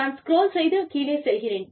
நான் ஸ்க்ரோல் செய்து கீழே செல்கிறேன்